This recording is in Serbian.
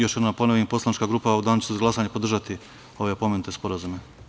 Još jednom da ponovim, poslanička grupa u danu za glasanje će podržati ove pomenute sporazume.